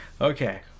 okay